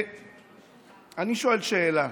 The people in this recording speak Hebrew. ואני שואל שאלה: